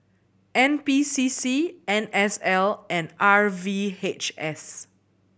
N P C C N S L and R V H S